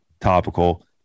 topical